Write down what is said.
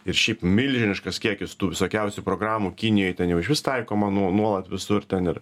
ir šiaip milžiniškas kiekis tų visokiausių programų kinijoj ten jau išvis taikoma nuo nuolat visur ten ir